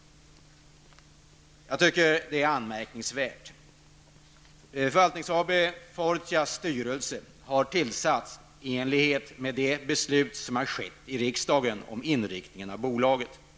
Det tycker jag är anmärkningsvärt. Förvaltningsbolaget Fortia ABs styrelse har tillsatts i enlighet med de beslut som har fattats i riksdagen om inriktningen av bolagets verksamhet.